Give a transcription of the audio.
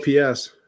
OPS